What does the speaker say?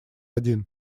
один